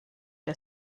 der